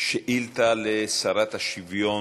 שאילתה לשרת השוויון.